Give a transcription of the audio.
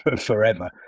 forever